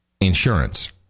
insurance